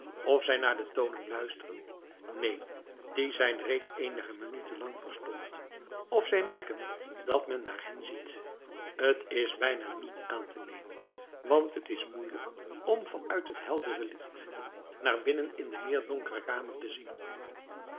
of zij naar de tonen luisteren neen die zijn reeds eenige minuten lang verstomd of zij merken dat men naar hen ziet t is bijna niet aan te nemen want t is moeielijk om van uit het heldere licht naar binnen in de meer donkere kamer te zien